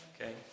Okay